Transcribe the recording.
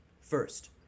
First